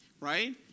right